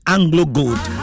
Anglo-Gold